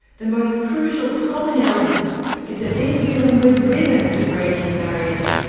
the most crucial common element is that these women were driven to breaking barriers,